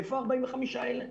איפה ה-45 האלה?